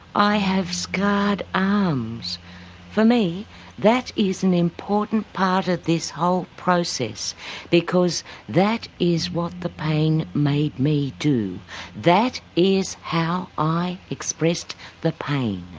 i have scarred arms for me that is an important part of this whole process because that is what the pain made me do that is how i expressed the pain.